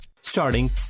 Starting